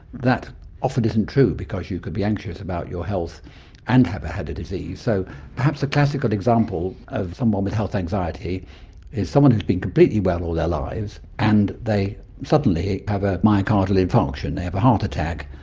that often isn't true because you could be anxious about your health and have had a disease. so perhaps a classical example of someone with health anxiety is someone who has been completely well all their lives and they suddenly have a myocardial infarction, they have a heart attack.